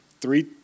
three